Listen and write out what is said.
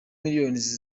millions